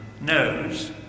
knows